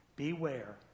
Beware